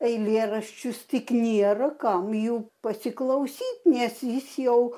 eilėraščius tik nėra kam jų pasiklausyt nes jis jau